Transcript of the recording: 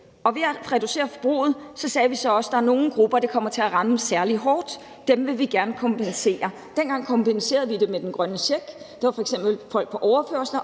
reduktion af forbruget sagde vi så også, at der er nogle grupper, det kommer til at ramme særlig hårdt, og at dem vil vi gerne kompensere. Dengang kompenserede vi dem med den grønne check. Den gik f.eks. til folk på overførsler